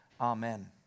amen